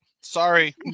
Sorry